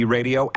Radio